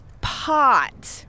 Pot